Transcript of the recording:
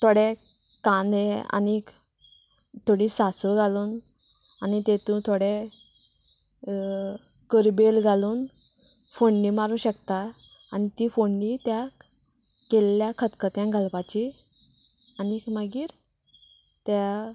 थोडे कांदे आनीक थोडी सासवां घालून आनी तेतूं थोडे करबेल घालून फोण्णी मारूं शकता आनी ती फोण्णी त्या केल्या खतखत्यांक घालपाची आनीक मागीर त्या